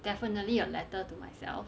definitely a letter to myself